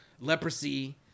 Leprosy